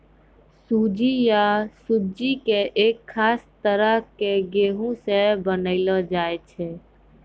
सूजी या सुज्जी कॅ एक खास तरह के गेहूँ स बनैलो जाय छै